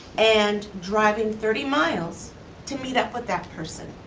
and driving thirty miles to meet up with that person,